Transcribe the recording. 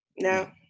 No